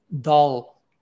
dull